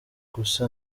gusa